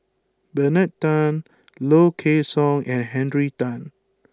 Bernard Tan Low Kway Song and Henry Tan